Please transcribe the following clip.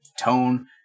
tone